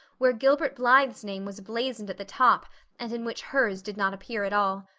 where gilbert blythe's name was blazoned at the top and in which hers did not appear at all.